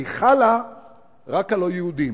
והיא חלה רק על לא יהודים.